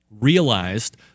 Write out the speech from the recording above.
realized